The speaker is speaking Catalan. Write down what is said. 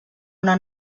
una